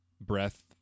breath